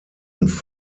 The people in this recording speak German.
als